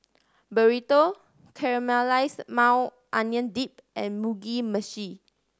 Burrito Caramelized Maui Onion Dip and Mugi Meshi